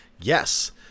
Yes